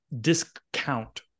discount